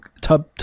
tub